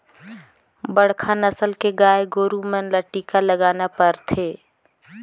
बड़खा नसल के गाय गोरु मन ल टीका लगाना परथे